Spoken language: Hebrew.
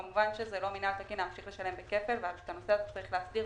כמובן שזה לא מינהל תקין להמשיך לשלם בכפל ואת הנושא הזה צריך להסדיר.